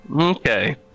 Okay